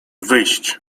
wyjść